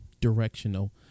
directional